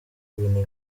ibintu